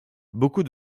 beaucoup